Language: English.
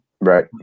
Right